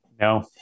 No